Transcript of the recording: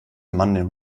mandeln